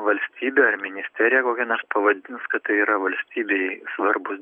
valstybė ar ministerija kokia na pavadins kad tai yra valstybei svarbūs